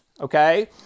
okay